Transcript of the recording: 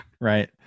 Right